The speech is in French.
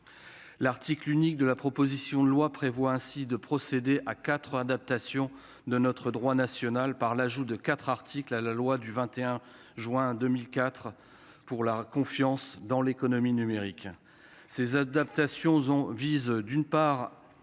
l'article unique de la proposition de loi prévoit ainsi de procéder à adaptation de notre droit national par l'ajout de 4 articles à la loi du 21 juin 2004 pour la confiance dans l'économie numérique, ces adaptations, on vise d'une part